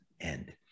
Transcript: end